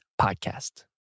podcast